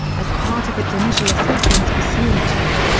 as part of its initial assessments pursuant to.